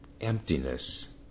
emptiness